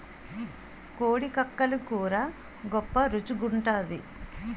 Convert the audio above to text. కోడి కక్కలు కూర గొప్ప రుచి గుంటాది